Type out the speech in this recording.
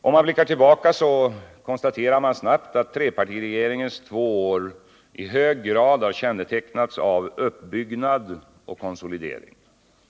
Om man blickar tillbaka konstaterar man snabbt att trepartiregeringens två år i hög grad har kännetecknats av uppbyggnad och konsolidering.